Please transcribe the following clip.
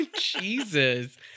Jesus